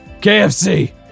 KFC